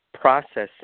processing